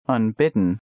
Unbidden